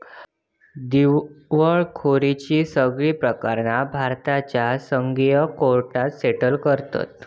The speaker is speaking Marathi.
दिवळखोरीची सगळी प्रकरणा भारताच्या संघीय कोर्टात सेटल करतत